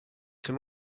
can